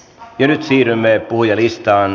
ja nyt siirrymme puhujalistaan